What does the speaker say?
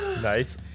Nice